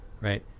right